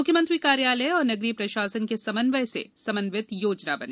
मुख्यमंत्री कार्यालय और नगरीय प्रशासन के समन्वय से समन्वित योजना बने